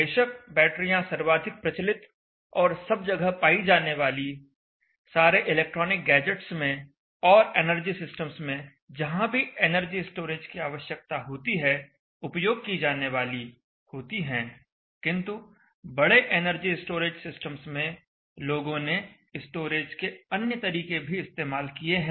बेशक बैटरियाँ सर्वाधिक प्रचलित और सब जगह पाई जाने वाली सारे इलेक्ट्रॉनिक गैजेट्स में और एनर्जी सिस्टम्स में जहां भी एनर्जी स्टोरेज की आवश्यकता होती है उपयोग की जाने वाली होती हैं किंतु बड़े एनर्जी स्टोरेज सिस्टम्स में लोगों ने स्टोरेज के अन्य तरीके भी इस्तेमाल किए हैं